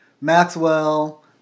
Maxwell